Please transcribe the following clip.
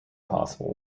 possible